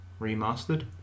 remastered